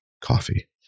coffee